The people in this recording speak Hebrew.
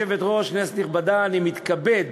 כנסת נכבדה, אני מתכבד